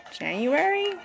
January